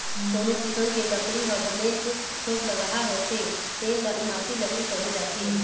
कोनो किसम के लकड़ी ह बनेच ठोसलगहा होथे तेन ल इमारती लकड़ी कहे जाथे